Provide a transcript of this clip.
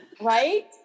Right